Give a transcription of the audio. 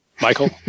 Michael